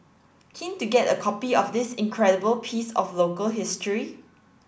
keen to get a copy of this incredible piece of local history